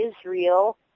Israel